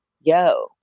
yo